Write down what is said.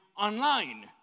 online